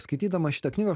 skaitydamas šitą knygą